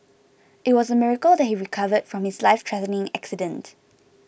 it was a miracle that he recovered from his lifethreatening accident